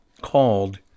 called